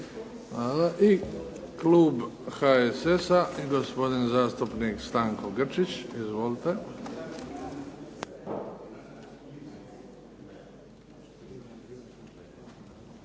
Hvala. I Klub HSS-a gospodin zastupnik Stanko Grčić. Izvolite.